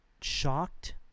shocked